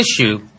issue